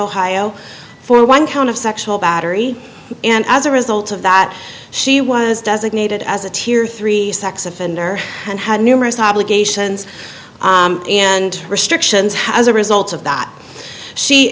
ohio for one count of sexual battery and as a result of that she was designated as a tear three sex offender and had numerous obligations and restrictions how as a result of that she